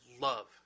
love